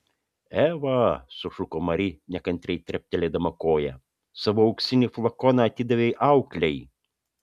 eva sušuko mari nekantriai treptelėdama koja savo auksinį flakoną atidavei auklei